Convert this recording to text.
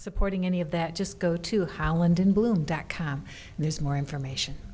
supporting any of that just go to holland in bloom dot com there's more information